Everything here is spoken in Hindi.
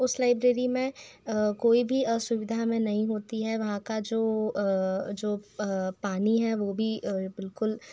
उस लाइब्रेरी में कोई भी असुविधा हमें नही होती है वहाँ का जो जो पानी है वह भी बिल्कुल